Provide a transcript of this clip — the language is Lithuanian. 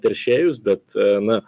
teršėjus bet a na